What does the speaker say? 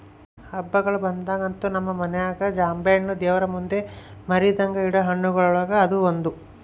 ಹಬ್ಬಗಳು ಬಂದಾಗಂತೂ ನಮ್ಮ ಮನೆಗ ಜಾಂಬೆಣ್ಣು ದೇವರಮುಂದೆ ಮರೆದಂಗ ಇಡೊ ಹಣ್ಣುಗಳುಗ ಅದು ಒಂದು